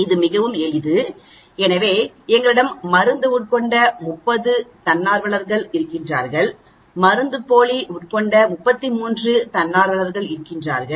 இது மிகவும் எளிது எனவே எங்களிடம்மருந்து உட்கொண்ட 30 தன்னார்வலர்கள் இருக்கிறார்கள் மருந்துப்போலி உட்கொண்ட 33 தன்னார்வலர்கள் இருக்கிறார்கள்